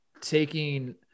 taking